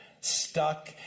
stuck